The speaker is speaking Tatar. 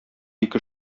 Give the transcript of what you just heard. ике